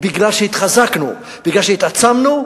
משום שהתחזקנו, משום שהתעצמנו,